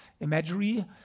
imagery